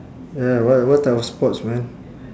ya what what type of sports man